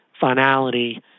finality